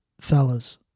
fellas